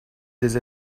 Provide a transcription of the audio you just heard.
des